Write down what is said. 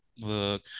Look